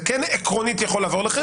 זה כן עקרונית יכול לעבור אליכם.